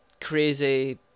Crazy